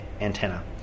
antenna